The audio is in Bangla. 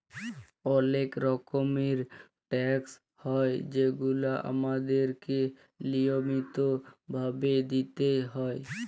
অলেক রকমের ট্যাকস হ্যয় যেগুলা আমাদেরকে লিয়মিত ভাবে দিতেই হ্যয়